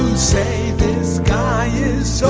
say this guy is so